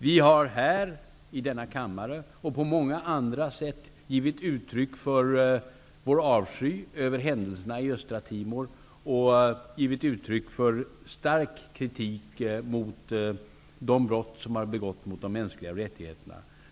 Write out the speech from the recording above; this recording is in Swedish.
Vi har här i denna kammare och på många andra sätt givit uttryck för vår avsky över händelserna i Östtimor och riktat stark kritik mot de brott som har begåtts mot de mänskliga rättigheterna.